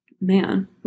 man